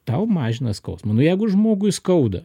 tau mažina skausmą jeigu žmogui skauda